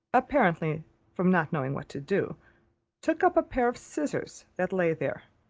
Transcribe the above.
apparently from not knowing what to do took up a pair of scissors that lay there,